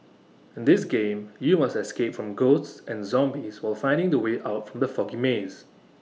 in this game you must escape from ghosts and zombies while finding the way out from the foggy maze